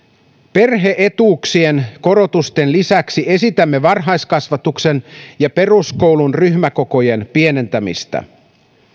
perhe etuuksien korotusten lisäksi esitämme varhaiskasvatuksen ja peruskoulun ryhmäkokojen pienentämistä